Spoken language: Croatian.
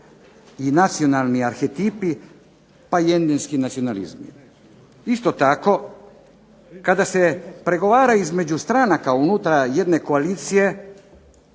i nacionalni arhetipi pa i endemski nacionalizmi. Isto tako kada se pregovara između stranaka unutar jedne koalicije,